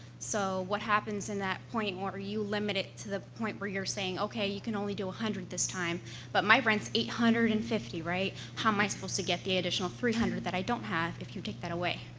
so what happens in that point where you limit it to the point where you're saying, okay, you can only do a hundred this time but my rent's eight hundred and fifty, right? how am i supposed to get the additional three hundred that i don't have if you take that away?